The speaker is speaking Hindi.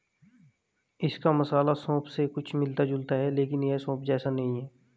इसका मसाला सौंफ से कुछ मिलता जुलता है लेकिन यह सौंफ जैसा नहीं है